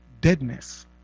deadness